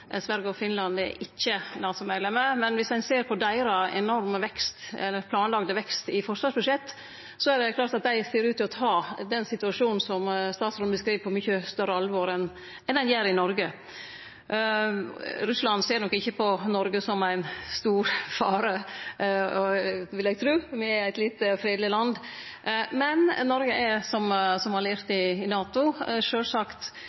Finland er ikkje NATO-medlemer, men viss ein ser på deira enorme planlagde vekst i forsvarsbudsjett, er det klart at dei ser ut til å ta den situasjonen som statsråden skildrar, på mykje større alvor enn ein gjer i Noreg. Russland ser nok ikkje på Noreg som ein stor fare, vil eg tru. Me er eit lite og fredeleg land, men Noreg kan, som alliert i NATO, sjølvsagt